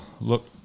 look